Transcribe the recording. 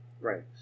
Right